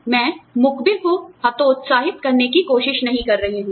मैं मुखबिर को हतोत्साहित करने की कोशिश नहीं कर रही हूँ